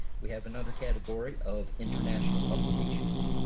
we have another category of international publications.